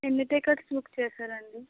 ఎన్ని tickets book చేసారండి